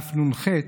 דף נ"ח,